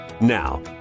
Now